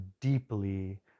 deeply